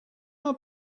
how